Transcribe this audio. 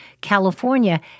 California